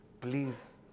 Please